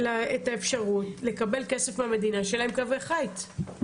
האפשרות לקבל כסף מהמדינה ושיהיו להן קווי חיץ.